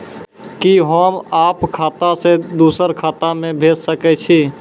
कि होम आप खाता सं दूसर खाता मे भेज सकै छी?